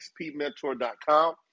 xpmentor.com